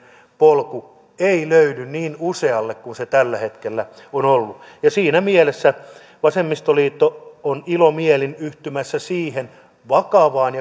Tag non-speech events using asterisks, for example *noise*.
polku ei löydy niin usealle kuin se tällä hetkellä on löytynyt siinä mielessä vasemmistoliitto on ilomielin yhtymässä siihen vakavaan *unintelligible*